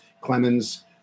Clemens